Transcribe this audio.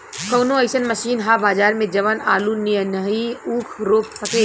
कवनो अइसन मशीन ह बजार में जवन आलू नियनही ऊख रोप सके?